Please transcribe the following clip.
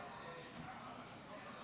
נגד.